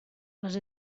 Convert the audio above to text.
les